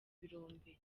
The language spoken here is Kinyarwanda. birombe